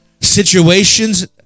Situations